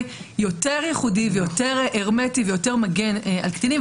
יותר ייחודי ויותר הרמטי ויותר מגן על קטינים.